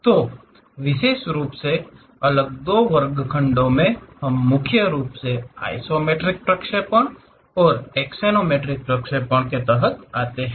तो विशेष रूप से अगले दो वर्गखंड में हम मुख्य रूप से आइसोमेट्रिक प्रक्षेपणों को देखेंगे जो एक्सोनोमेट्रिक प्रक्षेपणों के तहत आते हैं